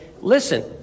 Listen